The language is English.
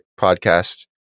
podcast